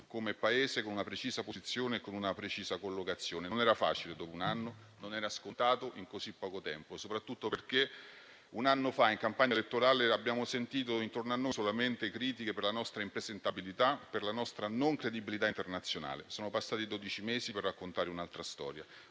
come Paese, con una precisa posizione e collocazione. Non era facile, dopo un anno. Non era scontato, in così poco tempo, soprattutto perché un anno fa, in campagna elettorale, abbiamo sentito intorno a noi solamente critiche, per la nostra impresentabilità e per la nostra non credibilità internazionale. Sono bastati dodici mesi per raccontare un'altra storia,